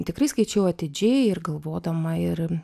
tikrai skaičiau atidžiai ir galvodama ir